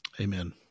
Amen